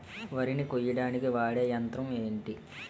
వరి ని కోయడానికి వాడే యంత్రం ఏంటి?